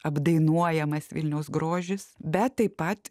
apdainuojamas vilniaus grožis bet taip pat